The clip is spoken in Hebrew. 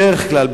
בדרך כלל,